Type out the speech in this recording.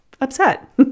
upset